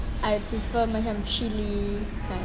I prefer macam chili kan